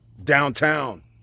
downtown